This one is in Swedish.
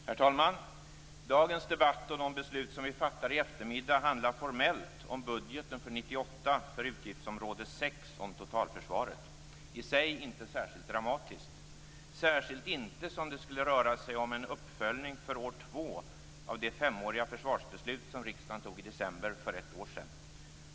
Herr talman! Dagens debatt och de beslut som vi fattar i eftermiddag handlar formellt om budgeten för 1998 för utgiftsområde 6 Totalförsvaret. Detta är i sig inte speciellt dramatiskt, särskilt inte som det skulle röra sig om en uppföljning för år två av det femåriga försvarsbeslut som riksdagen tog i december för ett år sedan.